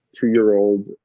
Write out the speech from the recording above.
two-year-old